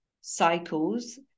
cycles